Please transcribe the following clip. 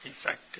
effective